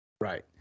Right